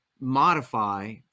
modify